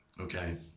okay